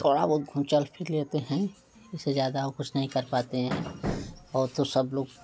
थोड़ा बहुत घूम चल फिर लेते हैं इससे ज़्यादा और कुछ नहीं कर पाते हैं और तो सब लोग